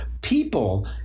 People